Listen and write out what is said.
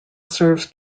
serves